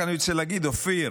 אני רק רוצה להגיד, אופיר,